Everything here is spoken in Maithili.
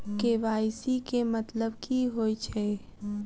के.वाई.सी केँ मतलब की होइ छै?